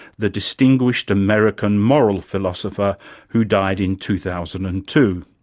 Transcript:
the distinguished american moral philosopher who died in two thousand and two.